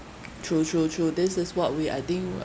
true true true this is what we I think